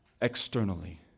externally